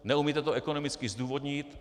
Neumíte to ekonomicky zdůvodnit.